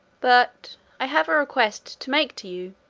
but i have a request to make to you,